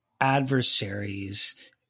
adversaries